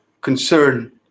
concern